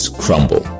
crumble